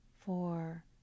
four